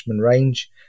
range